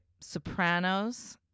sopranos